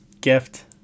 gift